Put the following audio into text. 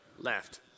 Left